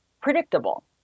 predictable